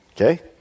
Okay